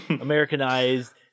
Americanized